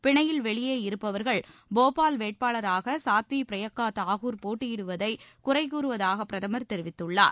பிணையில் வெளியே இருப்பவர்கள் போபால் வேட்பாளராக சாத்வி பிரக்யா தாகூர் போட்டியிடுவதை குறைகூறுவதாக பிரதமர் தெரிவித்துள்ளார்